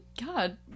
God